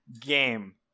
game